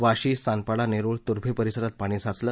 वाशी सानपाडा नेरूळ तुर्भे परिसरात पाणी साचलं